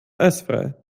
eisfrei